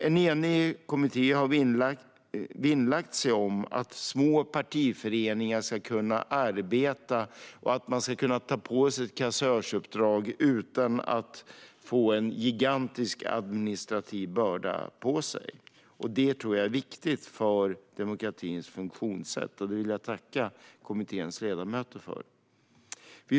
En enig kommitté har vinnlagt sig om att små partiföreningar ska kunna arbeta och att man ska kunna ta på sig ett kassörsuppdrag utan att få en gigantisk administrativ börda på sig. Det tror jag är viktigt för demokratins funktionssätt, och jag vill tacka kommitténs ledamöter för detta.